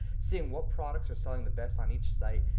seeing what products are selling the best on each site.